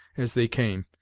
as they came,